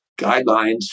guidelines